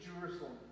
Jerusalem